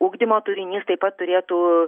ugdymo turinys taip pat turėtų